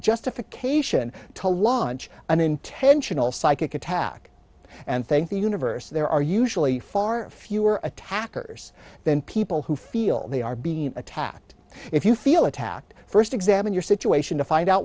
justification to launch an intentional psychic attack and thank the universe there are usually far fewer attackers than people who feel they are being attacked if you feel attacked first examine your situation to find out